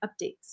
updates